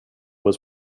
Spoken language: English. was